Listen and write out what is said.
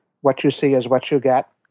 what-you-see-is-what-you-get